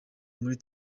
muri